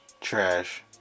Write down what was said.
Trash